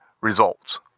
results